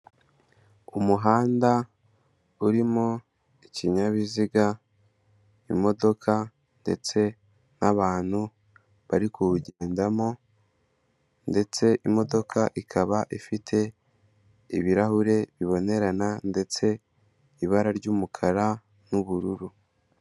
Umuhanda urimo ikinyabiziga, imodoka ndetse n'abantu bari kuwugendamo ndetse imodoka ikaba ifite ibirahure bibonerana ndetse ibara ry'umukara n'ubururu.